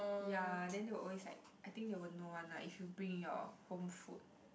ya then they will always like I think they know one lah if you bring your home food